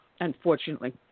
unfortunately